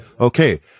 Okay